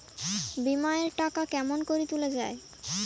বিমা এর টাকা কেমন করি তুলা য়ায়?